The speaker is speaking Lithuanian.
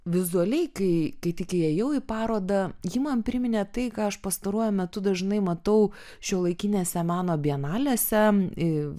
vizualiai kai kai tik įėjau į parodą ji man priminė tai ką aš pastaruoju metu dažnai matau šiuolaikinėse meno bienalėse ir